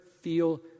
feel